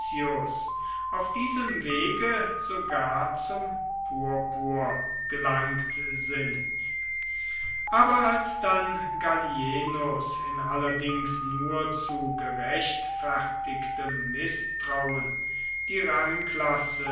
auf diesem wege sogar zum purpur gelangt sind aber als dann gallienus in allerdings nur zu gerechtfertigtem mißtrauen die